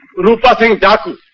rupa singh,